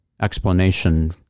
explanation